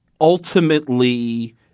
ultimately